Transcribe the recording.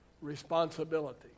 responsibility